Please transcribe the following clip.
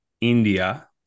India